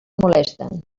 molesten